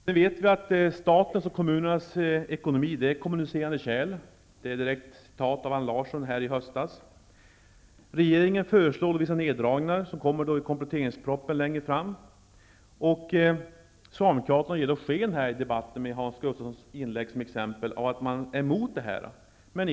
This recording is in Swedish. Vi vet att statens och kommunernas ekonomi är kommunicerande kärl; detta är ett direkt citat från Allan Larsson i höstas. Regeringen föreslår vissa neddragningar, som kommer att presenteras i kompletteringspropositionen längre fram. Gustafssons inlägg sken av att de är emot detta.